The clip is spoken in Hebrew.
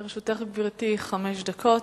לרשותך, גברתי, חמש דקות.